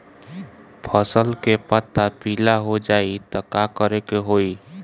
फसल के पत्ता पीला हो जाई त का करेके होई?